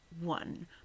One